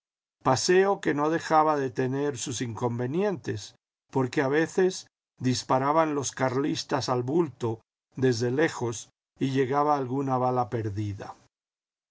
que no dejaba de tener sus inconvenientes porque a veces disparaban los carlistas al bulto desde lejos y llegaba alguna bala perdida